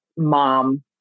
Mom